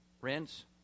rinse